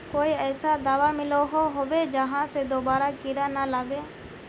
कोई ऐसा दाबा मिलोहो होबे जहा से दोबारा कीड़ा ना लागे?